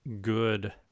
good